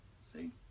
see